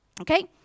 Okay